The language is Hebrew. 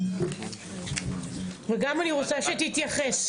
אני גם רוצה שתתייחס.